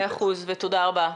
מאה אחוז ותודה רבה.